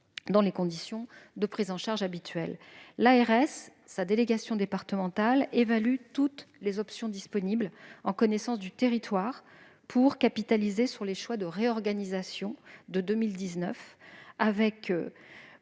dans les conditions de prise en charge habituelles. L'ARS et sa délégation départementale évaluent toutes les options disponibles, en connaissance du territoire, pour capitaliser sur les choix de réorganisation de 2019 avec